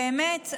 באמת,